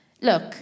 look